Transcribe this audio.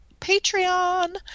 patreon